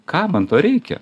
kam man to reikia